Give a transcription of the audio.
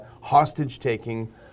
hostage-taking